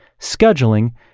scheduling